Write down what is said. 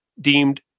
deemed